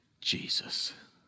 Jesus